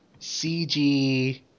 CG